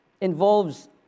involves